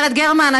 גברת גרמן,